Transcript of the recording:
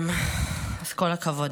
אז כל הכבוד.